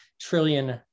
trillion